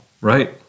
Right